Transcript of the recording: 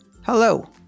hello